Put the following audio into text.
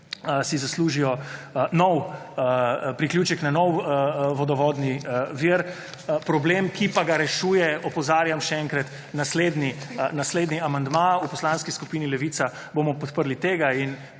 si zaslužijo priključek na nov vodovodni vir. Problem, ki pa ga rešuje, opozarjam še enkrat, naslednji amandma. V Poslanski skupini Levica bomo podprli tega in